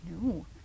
No